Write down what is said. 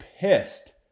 pissed